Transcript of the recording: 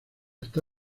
está